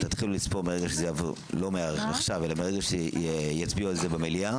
תתחילו לספור מרגע שיוצבע במליאה.